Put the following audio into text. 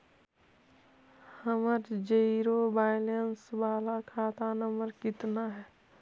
हमर zero balance बाला खाता नम्बर कितना है?